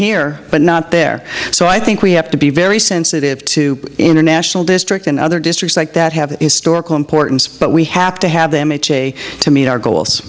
here but not there so i think we have to be very sensitive to international district and other districts like that have historical importance but we have to have them ha to meet our goals